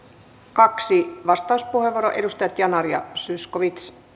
kaksi vastauspuheenvuoroa edustajat yanar ja zyskowicz